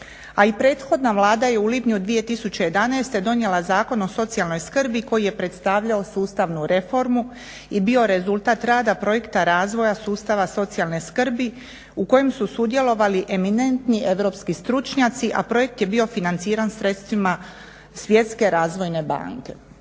A i prethodna Vlada je u lipnju 2011. donijela Zakon o socijalnoj skrbi koji je predstavljao sustavnu reformu i bio rezultat rada projekta razvoja sustava socijalne skrbi u kojem su sudjelovali eminentni europski stručnjaci a projekt je bio financiran sredstvima svjetske razvojne banke.